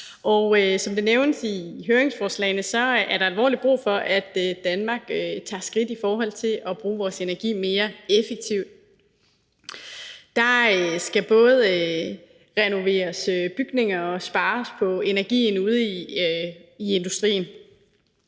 som det er nævnt i høringssvarene, er der alvorlig brug for, at vi i Danmark tager skridt i forhold til at bruge vores energi mere effektivt. Der skal både renoveres bygninger og spares på energien i industrien.